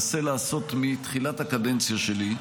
אחד הדברים שאני מנסה לעשות מתחילת הקדנציה שלי,